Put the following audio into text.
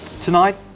Tonight